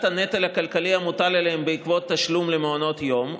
הנטל הכלכלי המוטל עליהן בעקבות תשלום למעונות יום,